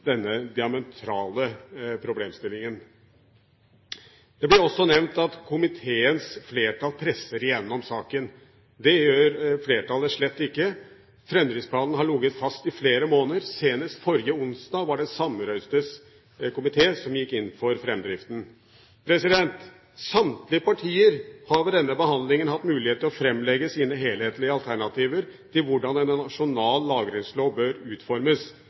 denne diametrale problemstillingen. Det blir også nevnt at komiteens flertall presser igjennom saken. Det gjør flertallet slett ikke. Fremdriftsplanen har ligget fast i flere måneder, senest forrige onsdag var det en «samrøystes» komité som gikk inn for framdriften. Samtlige partier har ved denne behandlingen hatt mulighet til å framlegge sine helhetlige alternativer til hvordan en nasjonal lagringslov bør utformes.